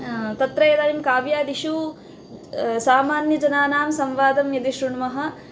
तत्र इदानीं काव्यादिषु सामान्यजनानां संवादं यदि शृण्मः